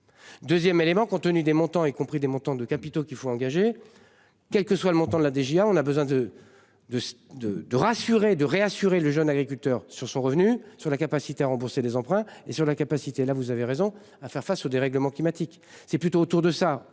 2ème élément compte tenu des montants, y compris des montants de capitaux qu'il faut engager. Quel que soit le montant de la DGA on a besoin de de de de rassurer de réassurer le jeune agriculteur sur son revenu sur la capacité à rembourser des emprunts et sur la capacité, là vous avez raison, à faire face au dérèglement climatique, c'est plutôt autour de ça